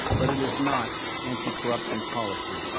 but it is not anticorruption policy.